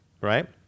right